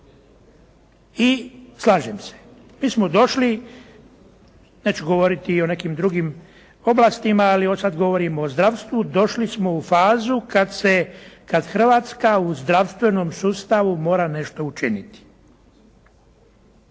I slažem se. Mi smo došli, neću govoriti o nekim drugim oblastima ali ovo sada govorimo o zdravstvu, došli smo u fazu kada Hrvatska u zdravstvenom sustavu mora nešto učiniti.